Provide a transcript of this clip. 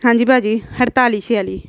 ਹਾਂਜੀ ਭਾਜੀ ਅਠਤਾਲੀ ਛਿਆਲੀ